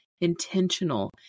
intentional